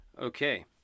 Okay